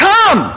Come